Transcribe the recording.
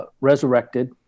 resurrected